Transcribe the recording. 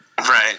Right